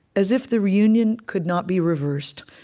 as if the reunion could not be reversed.